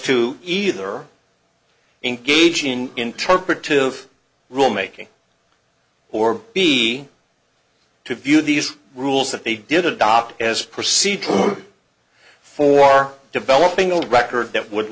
to either engage in interpretive rulemaking or be to view these rules that they did adopt as procedure for developing a record that would